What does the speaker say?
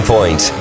Point